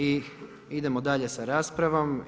I idemo dalje sa raspravom.